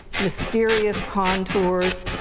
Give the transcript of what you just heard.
mysterious contours,